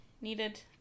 needed